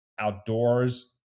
outdoors